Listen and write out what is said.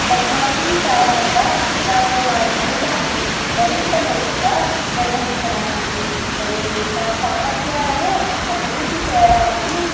technology కారణంగా నాకు నా జీవితాన్ని మరింత మెరుగ్గా నిర్వహించడానికి మరియు నా సామర్థ్యాలను అభివృద్ధి చేయడానికి